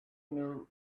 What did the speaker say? knew